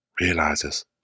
realizes